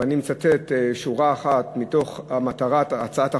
ואני מצטט שורה אחת מתוך מטרת הצעת החוק: